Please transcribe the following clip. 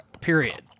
Period